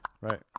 right